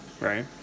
right